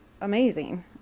amazing